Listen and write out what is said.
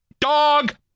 dog